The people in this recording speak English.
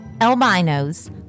albinos